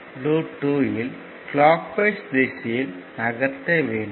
loop 2 இல் clockwise திசையில் நகர்த்த வேண்டும்